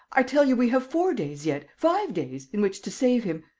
i tell you, we have four days yet, five days, in which to save him.